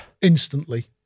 Instantly